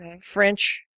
French